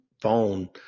phone